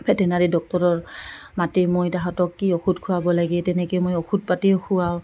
veterinary ডক্টৰৰ মাতি মই তাহাঁতক কি ঔষধ খুৱাব লাগে তেনেকৈ মই ঔষধ পাতিও খুৱাওঁ